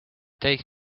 take